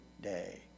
day